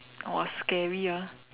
!wah! scary ah